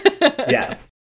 yes